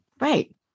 Right